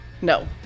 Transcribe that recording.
No